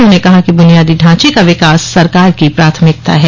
उन्होंने कहा कि ब्नियादी ढांचे का विकास सरकार की प्राथमिकता है